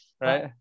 right